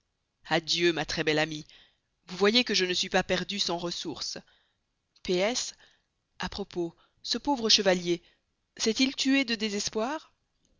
adieu ma très belle amie vous voyez que je ne suis pas perdu sans ressource p s à propos ce pauvre chevalier s'est-il tué de désespoir